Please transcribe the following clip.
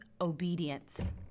obedience